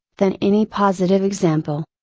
than any positive example.